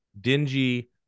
dingy